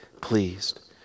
pleased